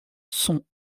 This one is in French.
son